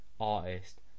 artist